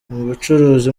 ubucuruzi